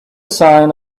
sign